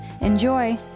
Enjoy